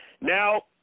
Now